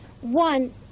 One